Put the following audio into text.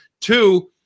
two